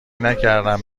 نکردم